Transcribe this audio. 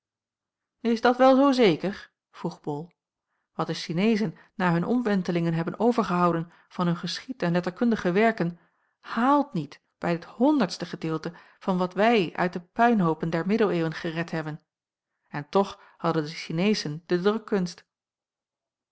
is dat wel zoo zeker vroeg bol wat de sineezen na hun omwentelingen hebben overgehouden van hun geschied en letterkundige werken haalt niet bij het honderdste gedeelte van wat wij uit de puinhoopen der middeleeuwen gered hebben en toch hadden de sineezen de